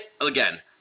Again